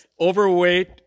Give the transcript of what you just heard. overweight